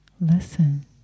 listen